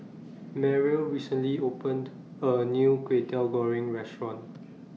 Mariel recently opened A New Kway Teow Goreng Restaurant